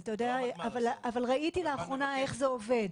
אבל ראיתי לאחרונה איך זה עובד